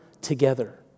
together